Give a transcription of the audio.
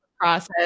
process